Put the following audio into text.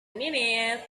minute